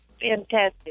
Fantastic